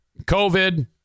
COVID